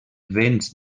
vents